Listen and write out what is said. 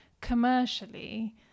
commercially